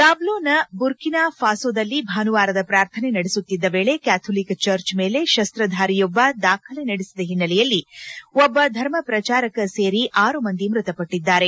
ದಾಬ್ಲೋನ Burkina ಫಾಸೋದಲ್ಲಿ ಭಾನುವಾರದ ಪ್ರಾರ್ಥನೆ ನಡೆಸುತ್ತಿದ್ದ ವೇಳೆ ಕ್ಯಾಥೋಲಿಕ್ ಚರ್ಚ್ ಮೇಲೆ ಸಶಸ್ತಧಾರಿಯೊಬ್ಬ ದಾಖಲೆ ನಡೆಸಿದ ಹಿನ್ನೆಲೆಯಲ್ಲಿ ಒಬ್ಬ ಧರ್ಮ ಪ್ರಚಾರಕ ಸೇರಿ ಆರು ಮಂದಿ ಮೃತಪಟ್ಟದ್ದಾರೆ